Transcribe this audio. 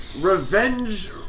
Revenge